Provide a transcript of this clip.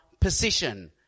position